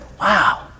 wow